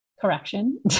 Correction